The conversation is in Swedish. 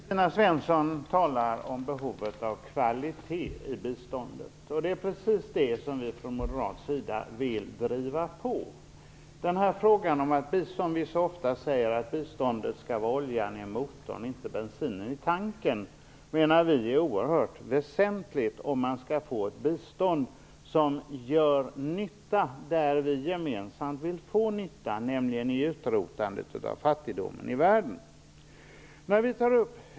Kristina Svensson talar om behovet av kvalitet i biståndet. Det är precis det som vi från moderat sida vill driva på. Biståndet skall vara oljan i motorn - inte bensinen i tanken, som vi så ofta säger. Det menar vi är oerhört väsentligt om man skall få till stånd ett bistånd som gör nytta där vi gemensamt vill åstadkomma nytta, nämligen i utrotandet av fattigdomen i världen.